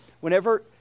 whenever